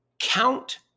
count